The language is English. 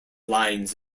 lines